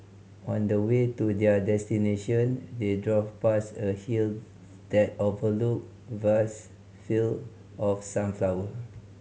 on the way to their destination they drove past a hill that overlooked vast field of sunflower